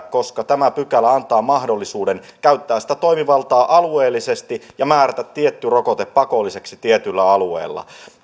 koska tämä pykälä antaa mahdollisuuden käyttää sitä toimivaltaa alueellisesti ja määrätä tietty rokote pakolliseksi tietyllä alueella